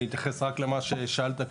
אני אתייחס רק למה ששאלת כרגע.